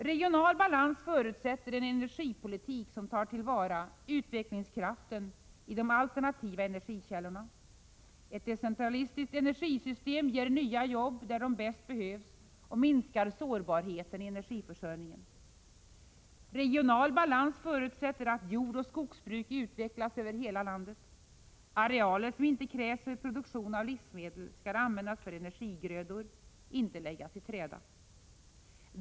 Regional balans förutsätter en energipolitik som tar till vara utvecklingskraften i de alternativa energikällorna. Ett decentralistiskt energisystem ger nya jobb där de bäst behövs och minskar sårbarheten i energiförsörjningen. Regional balans förutsätter att jordoch skogsbruk utvecklas över hela landet. Arealer som inte krävs för produktion av livsmedel skall användas för energigrödor — inte läggas i träda.